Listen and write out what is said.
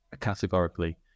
categorically